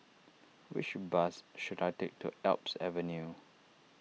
which bus should I take to Alps Avenue